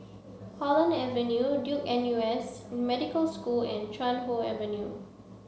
Holland Avenue Duke N U S Medical School and Chuan Hoe Avenue